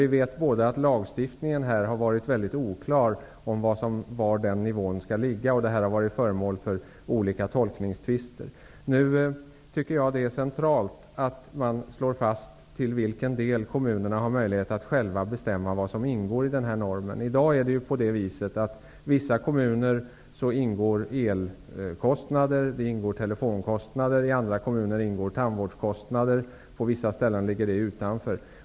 Båda vet vi att lagstiftningen om var den nivån skall ligga varit väldigt oklar. Detta har varit föremål för olika tolkningstvister. Jag tycker att man centralt skall slå fast till vilken del kommunerna har möjlighet att själva bestämma vad som ingår i den här normen. I dag ingår ju i vissa kommuner el och telefonkostnader. I andra kommuner ingår tandvårdskostnader, och på vissa ställen ligger sådant utanför.